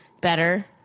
better